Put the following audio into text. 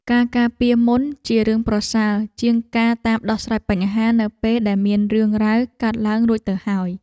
ការការពារមុនជារឿងប្រសើរជាងការតាមដោះស្រាយបញ្ហានៅពេលដែលមានរឿងរ៉ាវកើតឡើងរួចទៅហើយ។